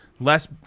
less